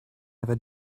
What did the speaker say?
never